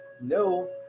no